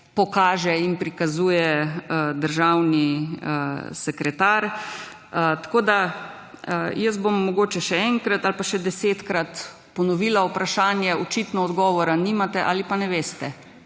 pokaže in prikazuje državni sekretar. Tako da jaz bom mogoče še enkrat ali pa še 10-krat ponovila vprašanje, očitno odgovora nimate ali pa ne veste.